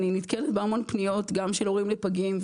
אני נתקלת בהמון פניות גם של הורים לפגים,